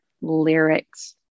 lyrics